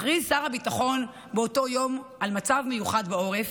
הכריז שר הביטחון באותו יום על מצב מיוחד בעורף,